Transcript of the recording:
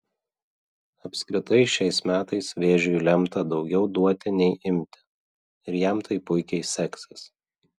apskritai šiais metais vėžiui lemta daugiau duoti nei imti ir jam tai puikiai seksis